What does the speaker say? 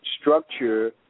structure